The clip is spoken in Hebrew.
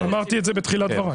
אמרתי את זה בתחילת דבריי.